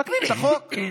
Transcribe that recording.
מתקנים את החוק.